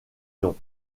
noms